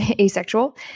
asexual